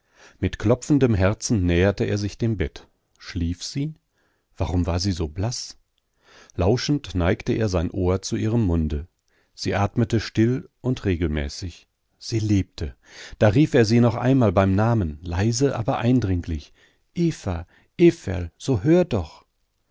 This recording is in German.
mit klopfendem herzen näherte er sich dem bett schlief sie warum war sie so blaß lauschend neigte er sein ohr zu ihrem munde sie atmete still und regelmäßig sie lebte da rief er sie noch einmal beim namen leise aber eindringlich eva everl so hör doch